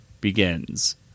begins